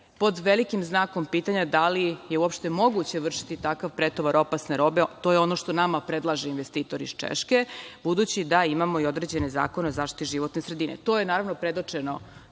Pod velikim znakom pitanja je da li je uopšte moguće vršiti takav pretovar opasne robe. To je ono što nama predlaže investitor iz Češke, budući da imamo i određene zakone o zaštiti životne sredine. To je, naravno, prebačeno